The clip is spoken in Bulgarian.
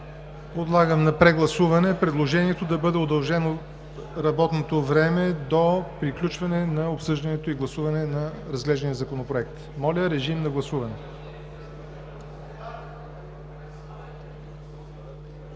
Подлагам на прегласуване предложението да бъде удължено работното време до приключване на обсъждането и гласуване на разглеждания Законопроект. Гласували